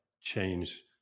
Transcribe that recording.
change